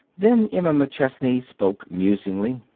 then emma mcchesney spoke musingly.